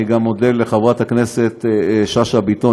אני גם מודה לחברת הכנסת שאשא ביטון,